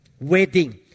wedding